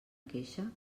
queixa